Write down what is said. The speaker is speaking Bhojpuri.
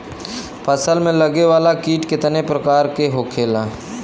फसल में लगे वाला कीट कितने प्रकार के होखेला?